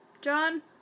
John